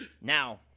Now